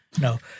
No